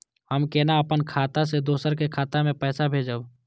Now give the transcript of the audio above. हम केना अपन खाता से दोसर के खाता में पैसा भेजब?